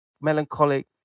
melancholic